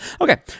Okay